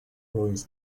ruins